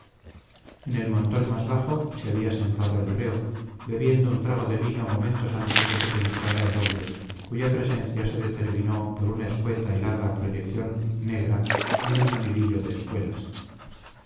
en el montón más bajo se había sentado el reo bebiendo un trago de vino momentos antes de que penetrara el hombre cuya presencia se determinó por una escueta y larga proyección negra y un sonidillo de espuelas